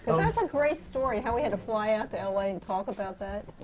that's a great story, how we had to fly out to l a. and talk about that.